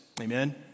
Amen